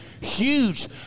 Huge